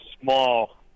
small